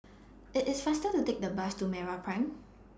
IT IS faster to Take The Bus to Meraprime